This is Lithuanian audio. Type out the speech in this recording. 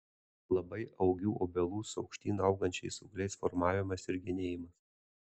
labai augių obelų su aukštyn augančiais ūgliais formavimas ir genėjimas